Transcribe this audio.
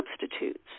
substitutes